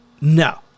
No